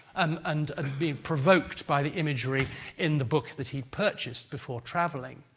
um and ah being provoked by the imagery in the book that he'd purchased before travelling.